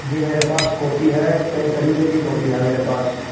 جی میرے پاس کوپی ہے کئی طریقے کی کوپی ہے میرے پاس